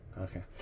Okay